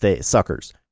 suckers